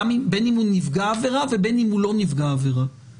בין אם הוא נפגע עבירה ובין אם הוא לא נפגע עבירה,